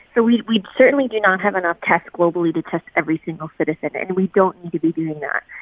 ah we we certainly do not have enough tests globally to test every single citizen, and we don't need to be be that.